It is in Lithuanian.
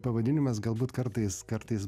pavadinimas galbūt kartais kartais